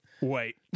Wait